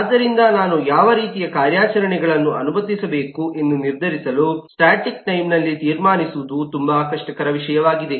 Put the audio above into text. ಆದ್ದರಿಂದ ನಾನು ಯಾವ ರೀತಿಯ ಕಾರ್ಯಾಚರಣೆಗಳನ್ನು ಅನುಮತಿಸಬೇಕು ಎಂದು ನಿರ್ಧರಿಸಲು ಸ್ಟಾಟಿಕ್ ಟೈಮ್ ನಲ್ಲಿ ತೀರ್ಮಾನಿಸುವುದು ತುಂಬಾ ಕಷ್ಟಕರವಾದ ವಿಷಯವಾಗಿದೆ